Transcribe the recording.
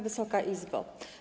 Wysoka Izbo!